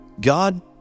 God